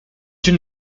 une